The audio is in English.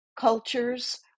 cultures